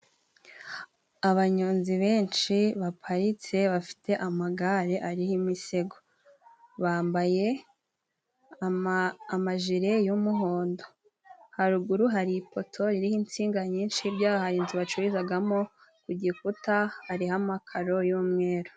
Abanyonzi benshi baparitse bafite amagare ariho imisego, bambaye amajire y'umuhondo, haruguru hari ipoto iriho insinga nyinshi, hirya yayo hari inzu bacururizagamo, ku gikuta hariho amakaro y'umweru.